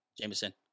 Jameson